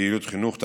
פעילות חינוך),